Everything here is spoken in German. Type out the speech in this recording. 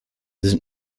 sind